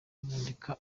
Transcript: mwandika